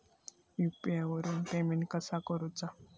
UPI वरून payment कसा करूचा?